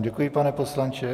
Děkuji vám, pane poslanče.